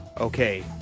Okay